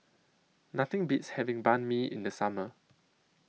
Nothing Beats having Banh MI in The Summer